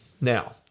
Now